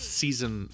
season